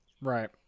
Right